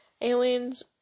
Aliens